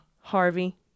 Harvey